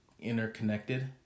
interconnected